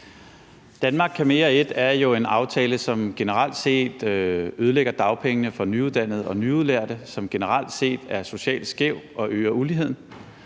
»Danmark kan mere I« er jo en aftale, som generelt set ødelægger dagpengene for nyuddannede og nyudlærte, og som generelt set er socialt skæv og øger uligheden,